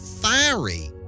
fiery